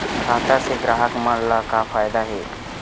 खाता से ग्राहक मन ला का फ़ायदा हे?